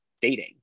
dating